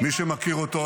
-- מי שמכיר אותו,